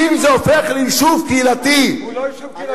אם זה הופך ליישוב קהילתי, הוא לא יישוב קהילתי.